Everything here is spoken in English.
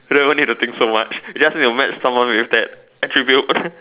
don't even need to think so much just need to match someone with that attribute